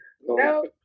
No